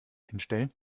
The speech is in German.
hinstellen